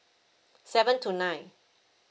seven to nine